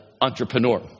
entrepreneur